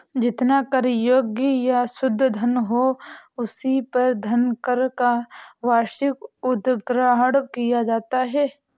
जितना कर योग्य या शुद्ध धन हो, उसी पर धनकर का वार्षिक उद्ग्रहण किया जाता है